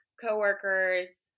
coworkers